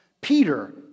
Peter